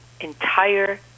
entire